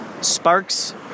sparks